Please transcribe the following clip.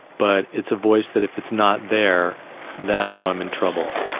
but it's a voice that if it's not there then i know i'm in trouble.